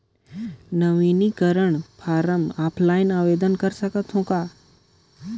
नवीनीकरण form offline आवेदन कर सकत हो कौन?